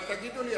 אבל תגידו לי,